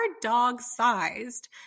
dog-sized